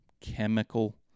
chemical